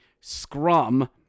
scrum